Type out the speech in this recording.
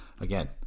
again